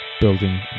building